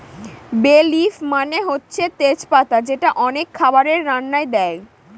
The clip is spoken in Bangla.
বে লিফ মানে হচ্ছে তেজ পাতা যেটা অনেক খাবারের রান্নায় দেয়